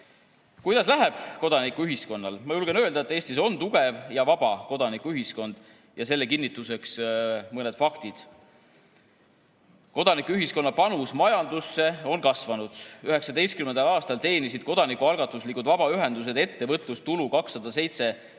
läheb kodanikuühiskonnal? Ma julgen öelda, et Eestis on tugev ja vaba kodanikuühiskond. Selle kinnituseks mõned faktid. Kodanikuühiskonna panus majandusse on kasvanud. 2019. aastal teenisid kodanikualgatuslikud vabaühendused ettevõtlustulu 207